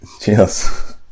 Cheers